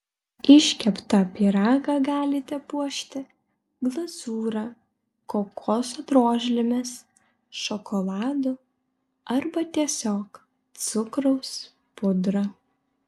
iškeptą pyragą galite puošti glazūra kokoso drožlėmis šokoladu arba tiesiog cukraus pudra